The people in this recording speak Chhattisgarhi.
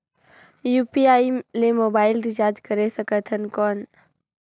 यू.पी.आई ले मोबाइल रिचार्ज करे सकथन कौन?